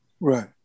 right